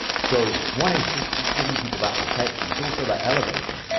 so one is just just giving people that protection. it's also that elevation.